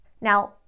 now